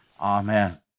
Amen